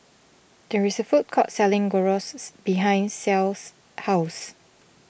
there is a food court selling Gyros behind Ceil's house